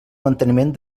manteniment